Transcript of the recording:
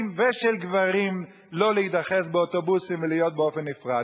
ושל גברים לא להידחס באוטובוסים ולהיות באופן נפרד.